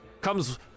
comes